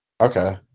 Okay